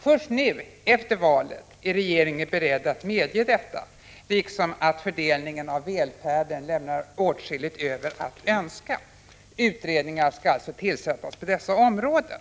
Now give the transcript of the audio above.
Först nu, efter valet, är regeringen beredd att medge detta, liksom att fördelningen av välfärden lämnar åtskilligt övrigt att önska. Utredningar skall alltså tillsättas på dessa områden.